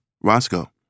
Roscoe